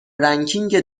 رنکینگ